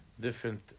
different